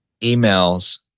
emails